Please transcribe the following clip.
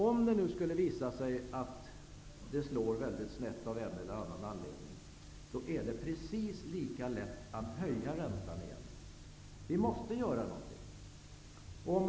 Om det skulle visa sig att det slår mycket snett av en eller annan anledning, är det precis lika lätt att höja räntan igen. Vi måste göra något.